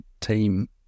team